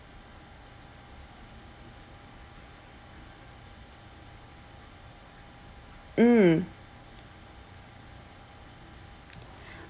mm